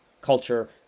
Culture